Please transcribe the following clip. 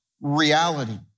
reality